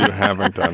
have but